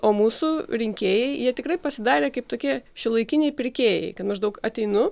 o mūsų rinkėjai jie tikrai pasidarė kaip tokie šiuolaikiniai pirkėjai kai maždaug ateinu